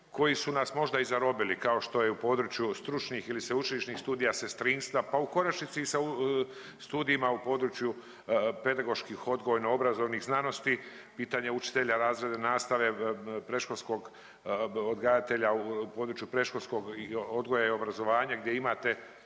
koji su nas možda i zarobili, kao što je u području stručnih ili sveučilišta studija sestrinstva, pa u konačnici i sa studijima u području pedagoških odgojno obrazovnih znanosti pitanje učitelja razredne nastave, predškolskog odgajatelja u području predškolskog odgoja i obrazovanja gdje imate